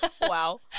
wow